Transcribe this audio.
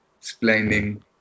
explaining